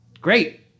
Great